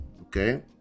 okay